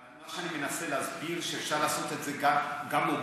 אבל מה שאני מנסה להסביר הוא שאפשר לעשות את זה גם בהוגנות,